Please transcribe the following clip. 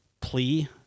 plea